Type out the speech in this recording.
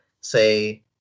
say